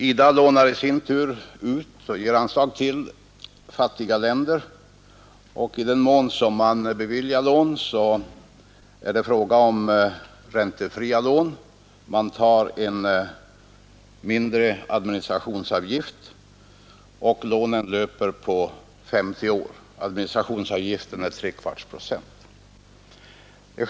IDA lånar i sin tur ut pengar och ger anslag till fattiga länder, och i den mån man beviljar lån är det fråga om räntefria lån. Man tar en mindre administra tionsavgift på 3/4 procent och lånen löper på 50 år.